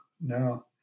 no